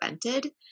prevented